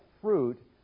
fruit